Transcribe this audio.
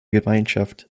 gemeinschaft